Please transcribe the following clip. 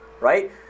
right